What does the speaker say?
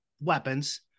weapons